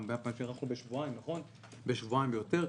גם בשבועיים ויותר.